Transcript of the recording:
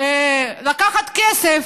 לקחת כסף,